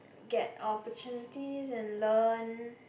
get opportunity and learn